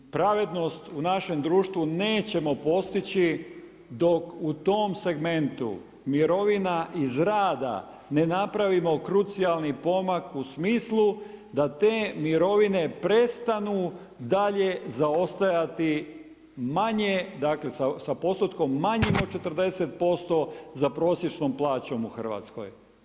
Pravednost u našem društvu nećemo postići dok u tom segmentu mirovina iz rada ne napravimo krucijalni pomak u smislu da te mirovine prestanu dalje zaostajati manje, dakle sa postotkom manjim od 40% za prosječnom plaćom u Hrvatskoj.